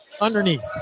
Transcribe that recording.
underneath